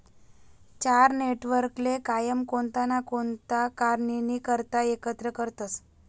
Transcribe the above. चार नेटवर्कले कायम कोणता ना कोणता कारणनी करता एकत्र करतसं